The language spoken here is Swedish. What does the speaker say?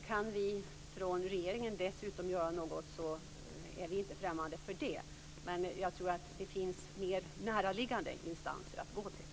Kan vi från regeringen dessutom göra något är vi inte främmande för det. Men det finns mer näraliggande instanser att gå till.